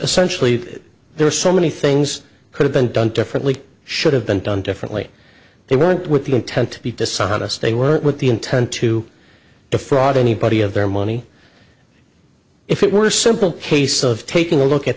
essentially that there are so many things could have been done differently should have been done differently they weren't with the intent to be dishonest they weren't with the intent to defraud anybody of their money if it were a simple case of taking a look at